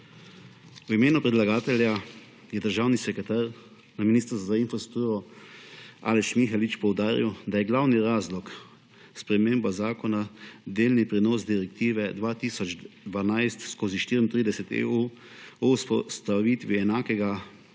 V imenu predlagatelja je državni sekretar na Ministrstvu za infrastrukturo Aleš Mihelič poudaril, da je glavni razlog sprememba zakona delni prenos Direktive 2012/34/EU o vzpostavitvi enakega